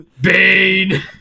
Bane